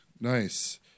Nice